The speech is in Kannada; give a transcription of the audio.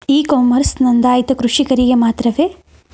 ಇ ಕಾಮರ್ಸ್ ನೊಂದಾಯಿತ ಕೃಷಿಕರಿಗೆ ಮಾತ್ರವೇ?